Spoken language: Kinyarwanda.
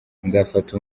nzafata